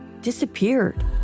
disappeared